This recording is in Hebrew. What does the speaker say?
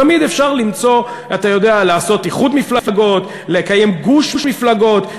תמיד אפשר לעשות איחוד מפלגות, לקיים גוש מפלגות.